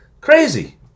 Crazy